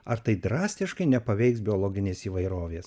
ar tai drastiškai nepaveiks biologinės įvairovės